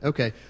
Okay